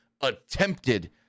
attempted